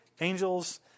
angels